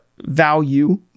Value